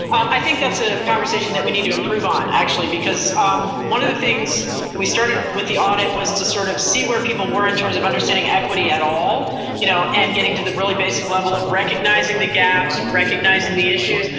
i think that's a conversation that we need to improve on actually, because um one of the things when we started with the audit was to sort of see where people were in terms of understanding equity at all you know and getting to the really basic level of recognizing the gaps, recognizing the issues.